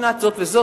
"בשנת 2008" וכו'.